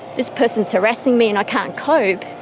this person is harassing me and i can't cope,